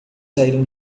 saíram